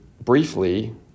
briefly